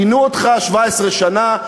עינו אותך 17 שנה,